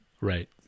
right